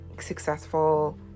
successful